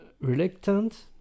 reluctant